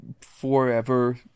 forever